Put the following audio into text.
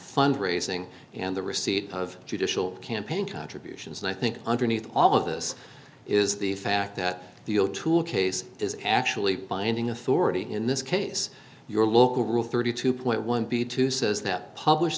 fund raising and the receipt of judicial campaign contributions and i think underneath all of this is the fact that the o'toole case is actually binding authority in this case your local rule thirty two point one b two says that publish